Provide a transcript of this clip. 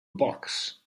box